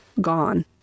gone